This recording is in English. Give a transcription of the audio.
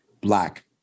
Black